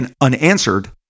unanswered